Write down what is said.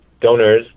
donors